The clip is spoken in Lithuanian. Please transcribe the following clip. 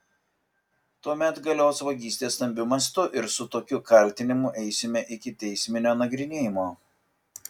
tuomet galios vagystė stambiu mastu ir su tokiu kaltinimu eisime iki teisminio nagrinėjimo